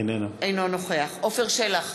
עפר שלח,